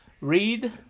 read